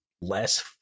less